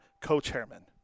co-chairman